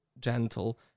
gentle